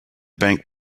bank